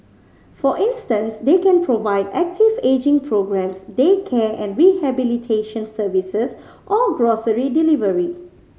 for instance they can provide active ageing programmes daycare and rehabilitation services or grocery delivery